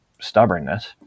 stubbornness